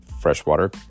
freshwater